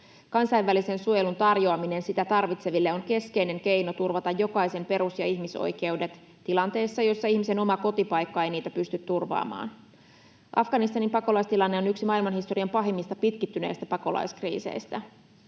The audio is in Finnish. Kansainvälisen suojelun tarjoaminen sitä tarvitseville on keskeinen keino turvata jokaisen perus- ja ihmisoikeudet tilanteessa, jossa ihmisen oma kotipaikka ei niitä pysty turvaamaan. Afganistanin pakolaistilanne on yksi maailmanhistorian pahimmista pitkittyneistä pakolaiskriiseistä.